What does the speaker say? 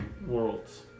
worlds